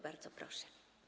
Bardzo proszę.